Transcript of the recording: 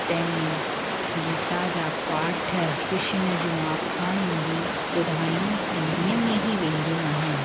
तंहिं में गीता जा पाठ किशन जूं आखाणियूं बि ॿुधायूं सिंधीअ में ही वेंदियूं आहिनि